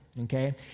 okay